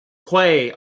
quay